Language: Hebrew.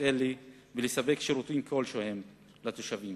אלה ולספק שירותים כלשהם לתושבים,